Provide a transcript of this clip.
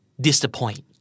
Disappoint